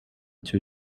two